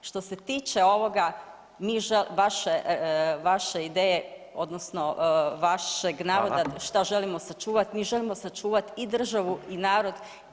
Što se tiče ovoga, vaše ideje odnosno vašeg navoda što želimo sačuvati, mi želimo sačuvati i državu, i narod.